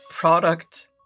Product